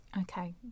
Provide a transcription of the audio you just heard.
Okay